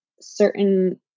certain